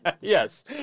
Yes